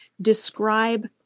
describe